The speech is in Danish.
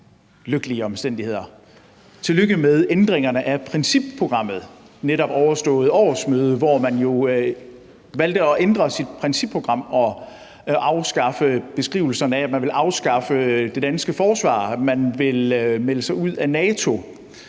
Tillykke med ændringerne af principprogrammet ved det netop overståede årsmøde, hvor man jo valgte at ændre sit principprogram og afskaffe beskrivelserne af, at man ville afskaffe det danske forsvar, og at man ville melde sig ud af NATO.